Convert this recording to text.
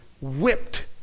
whipped